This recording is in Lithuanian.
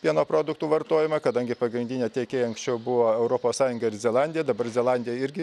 pieno produktų vartojimą kadangi pagrindinė tiekėja anksčiau buvo europos sąjunga ir zelandija dabar zelandija irgi